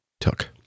took